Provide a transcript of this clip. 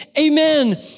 amen